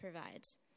provides